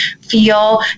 feel